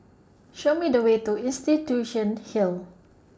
Show Me The Way to Institution Hill